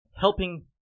helping